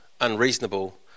unreasonable